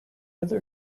other